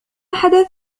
حدث